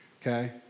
okay